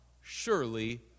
surely